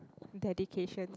dedications